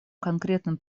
конкретным